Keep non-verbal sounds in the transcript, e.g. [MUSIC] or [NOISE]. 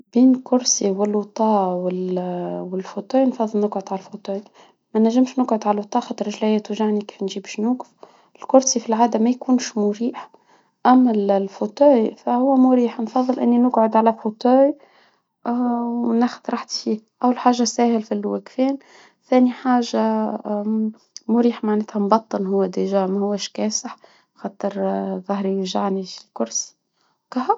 بين كرسي والوطاه وال [HESITATION] والفوتيه فاضل نقعد على الفوتيه، ما نجمش نقعد على اللطاه خاطر رجليه توجعني كنجيب شنو نقف، الكرسي في العادة ما يكونش مريح، أما الفوتاي فهو مريح، نفضل إني نقعد على فوتاي، [HESITATION] وناخد راحتي فيه، أول حاجة ساهل في الواقفين ثاني حاجة، [HESITATION] مريح، معناتها مبطن، هو ديجا ما هوش كاسح. خاطر [HESITATION] ظهري يوجعني في الكورس كهو.